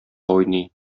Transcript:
уйный